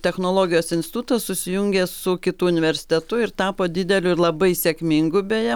technologijos institutas susijungė su kitu universitetu ir tapo dideliu ir labai sėkmingu beje